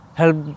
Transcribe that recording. help